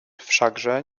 wszakże